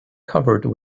covered